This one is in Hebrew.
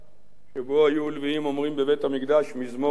שבו היו הלוויים אומרים בבית-המקדש מזמור צ"ד,